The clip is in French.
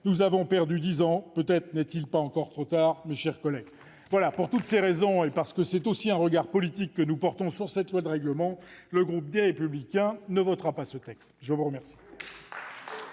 Nous avons perdu dix ans, peut-être n'est-il pas encore trop tard, mes chers collègues. Pour toutes ces raisons, et parce que c'est aussi un regard politique que nous portons sur ce projet de loi de règlement, le groupe Les Républicains ne votera pas ce texte. La discussion